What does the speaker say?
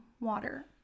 water